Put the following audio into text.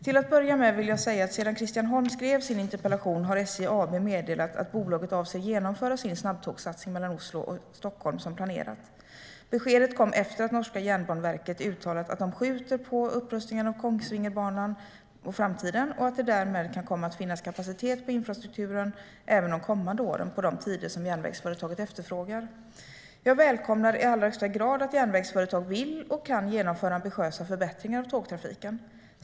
Till att börja med vill jag säga att SJ AB sedan Christian Holm skrev sin interpellation har meddelat att bolaget avser att genomföra sin snabbtågssatsning mellan Oslo och Stockholm som planerat. Beskedet kom efter att norska Jernbaneverket uttalat att de skjuter upprustningen av Kongsvingerbanen på framtiden och att det därmed kan komma att finnas kapacitet på infrastrukturen även de kommande åren på de tider som järnvägsföretaget efterfrågar. Jag välkomnar i allra högsta grad att järnvägsföretag vill och kan genomföra ambitiösa förbättringar av tågtrafiken.